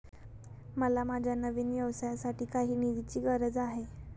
मला माझ्या नवीन व्यवसायासाठी काही निधीची गरज आहे